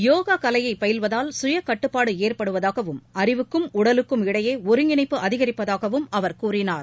யோகா கலையை பயில்வதால் சுய கட்டுப்பாடு ஏற்படுவதாக அறிவுக்கும் உடலுக்கும் இடையே ஒருங்கிணைப்பு அதிகரிப்பதாகவும் அவர் கூறினார்